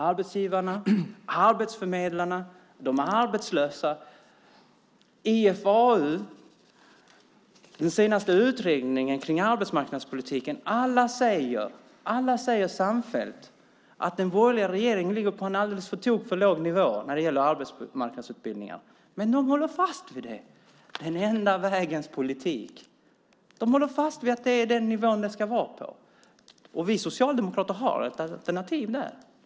Arbetsgivarna, arbetsförmedlarna, de arbetslösa, IFAU och den senaste utredningen om arbetsmarknadspolitiken - alla säger samfällt att den borgerliga regeringen ligger på en på tok för låg nivå när det gäller arbetsmarknadsutbildning. Men de håller fast vid det - den enda vägens politik. De håller fast vid att det är den nivån det ska vara på. Vi socialdemokrater har ett alternativ där.